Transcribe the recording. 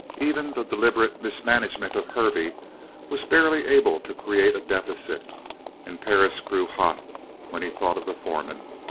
even the deliberate mismanagement of hervey was barely able to create a deficit and perris grew hot when he thought of the foreman.